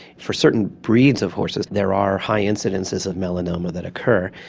for certain breeds of horses there are high incidences of melanoma that occur,